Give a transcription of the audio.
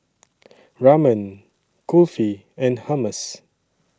Ramen Kulfi and Hummus